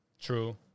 True